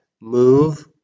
move